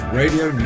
radio